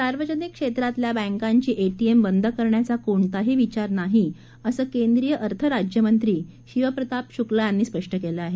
सार्वजनिक क्षेत्रातल्या बँकांची एटीएम बंद करण्याचा कोणताही विचार नाही असं केंद्रीय अर्थ राज्यमंत्री शिव प्रताप शुक्ला यांनी स्पष्ट केलं आहे